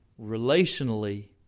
Relationally